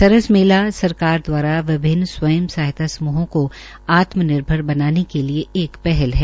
सरस मेला सरकार दवारा विभिन्न स्वयं सहायता समूहों की आत्म निर्भर बनाने के लिए पहल है